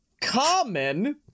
Common